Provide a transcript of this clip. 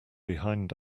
behind